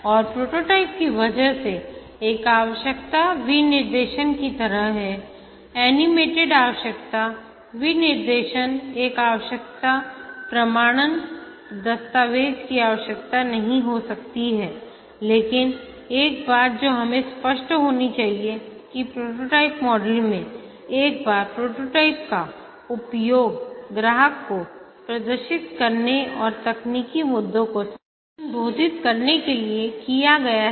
और प्रोटोटाइप की वजह से एक आवश्यकता विनिर्देशन की तरह है एनिमेटेड आवश्यकता विनिर्देशन एक आवश्यकता प्रमाणन दस्तावेज की आवश्यकता नहीं हो सकती है लेकिन एक बात जो हमें स्पष्ट होनी चाहिए कि प्रोटोटाइप मॉडल में एक बार प्रोटोटाइप का उपयोग ग्राहक को प्रदर्शित करने और तकनीकी मुद्दों को संबोधित करने के लिए किया गया है